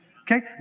Okay